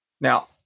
Now